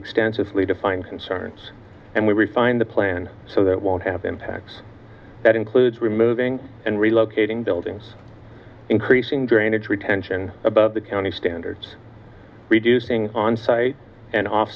extensively to find concerns and we find the plan so that won't have impacts that includes removing and relocating buildings increasing drainage retention about the county standards reducing on site and off